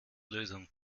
lösung